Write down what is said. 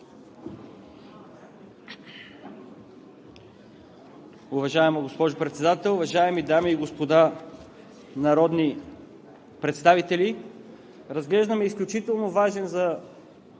Уважаема госпожо Председател, уважаеми дами и господа народни представители! Разглеждаме изключително важен за